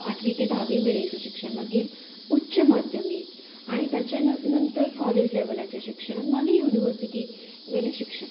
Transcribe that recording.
आठवी ते धावी मेरेनचें शिक्षण मागीर उच्च माध्यमीक आनी ताचे नंत नंतर काॅलेज लेव्हलाचें शिक्षण मागीर युन्हिवर्सीटीवेले शिक्षण